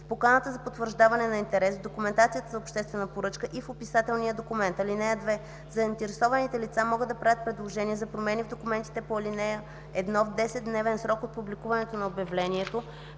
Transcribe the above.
в поканата за потвърждаване на интерес, в документацията за обществената поръчка и в описателния документ. (2) Заинтересованите лица могат да правят предложения за промени в документите по ал. 1 в 10-дневен срок от публикуването на обявлението